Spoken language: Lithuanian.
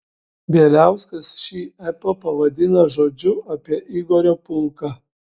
bieliauskas šį epą pavadina žodžiu apie igorio pulką